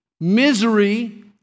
misery